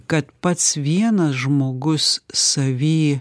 kad pats vienas žmogus savyje